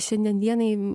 šiandien dienai